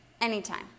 Anytime